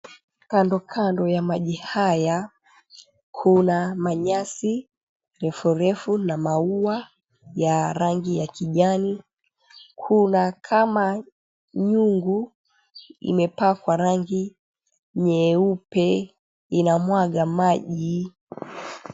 Kando kando ya maji haya kuna manyasi refu refu na maua ya rangi ya kijani. Kuna kama nyungu imepakwa rangi nyeupe inamwaga maji.